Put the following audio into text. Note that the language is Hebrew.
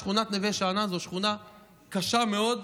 שכונת נווה שאנן היא שכונה קשה מאוד,